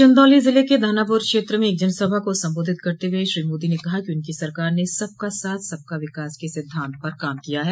चन्दौली जिले के धानापुर क्षेत्र म एक जनसभा को संबोधित करते हुए श्री मोदी ने कहा कि उनकी सरकार ने सबका साथ सबका विकास के सिद्धान्त पर काम किया है